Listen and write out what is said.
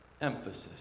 emphasis